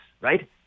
Right